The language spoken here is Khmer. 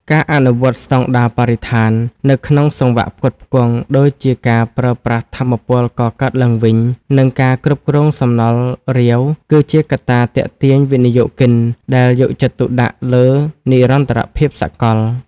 ការអនុវត្តស្ដង់ដារបរិស្ថាននៅក្នុងសង្វាក់ផ្គត់ផ្គង់ ដូចជាការប្រើប្រាស់ថាមពលកកើតឡើងវិញ និងការគ្រប់គ្រងសំណល់រាវ គឺជាកត្តាទាក់ទាញវិនិយោគិនដែលយកចិត្តទុកដាក់លើនិរន្តរភាពសកល។